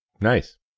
Nice